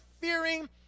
fearing